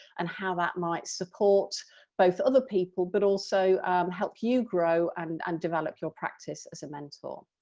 and how that might support both other people but also help you grow and and develop your practice as a mentor.